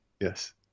Yes